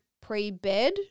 pre-bed